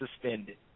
suspended